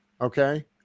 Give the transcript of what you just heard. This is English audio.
Okay